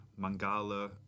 Mangala